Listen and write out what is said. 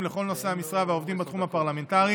לכל נושאי המשרה והעובדים בתחום הפרלמנטרי,